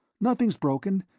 nothing's broken.